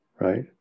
Right